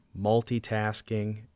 multitasking